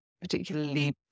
particularly